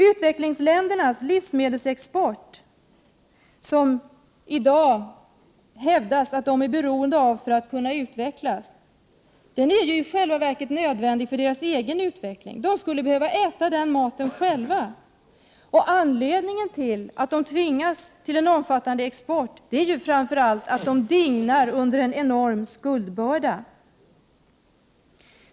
Det hävdas i dag att u-länderna är beroende av sin livsmedelsexport för att kunna utvecklas. Den är ju i själva verket nödvändig för deras egen utveckling. De skulle behöva äta den maten själva. Anledningen till att de Prot. 1988/89:127 tvingas till en omfattande export är ju framför allt att de dignar under en = 2 juni 1989 enorm skuldbörda.